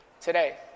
today